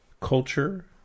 culture